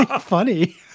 funny